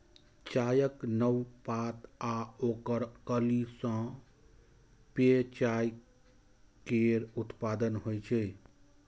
चायक नव पात आ ओकर कली सं पेय चाय केर उत्पादन होइ छै